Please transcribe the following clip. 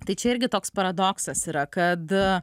tai čia irgi toks paradoksas yra kad